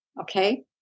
Okay